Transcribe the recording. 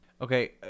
Okay